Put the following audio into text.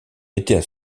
étaient